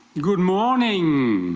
good morning,